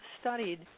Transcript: studied